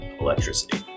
electricity